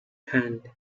hand